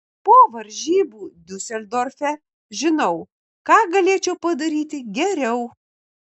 po varžybų diuseldorfe žinau ką galėčiau padaryti geriau